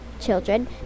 children